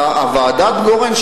ועדת-גורן,